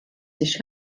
sich